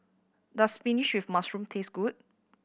does spinach with mushroom taste good